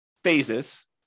phases